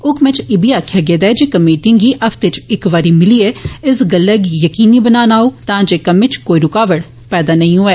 हक्मै च इब्बी आक्खेया गेदा ऐ जे कमेटियें गी हफ्ते च इक बारी मिलियै इस गल्लै गी यकीनी बनाना होग तां जे कम्मै च कोई रुकावट पैदा नेई होऐ